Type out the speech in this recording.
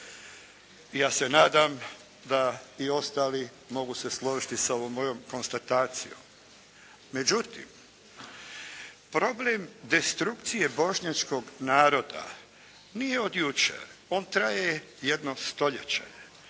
ja se nadam da i ostali mogu se složiti s ovom mojom konstatacijom. Međutim problem destrukcije bošnjačkog naroda nije od jučer. On traje jedno stoljeće.